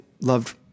loved